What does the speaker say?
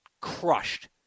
crushed